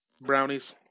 Brownies